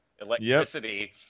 electricity